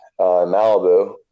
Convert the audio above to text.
Malibu